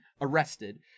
arrested